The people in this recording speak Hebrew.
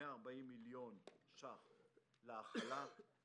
140 מיליון ש"ח להכלה,